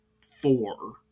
four